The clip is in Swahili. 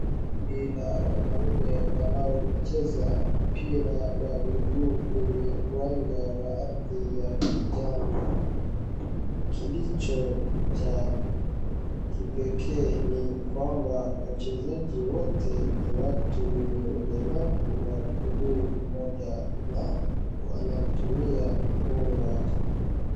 Kundi la wanaume wanaocheza mpira wa miguu kwenye uwanja wa ardhi ya kijanja. Kilicho cha kipekee ni kwamba wachezaji wote ni watu wenye ulemavu wa mguu mmoja na wanatumia mgonga.